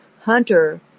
Hunter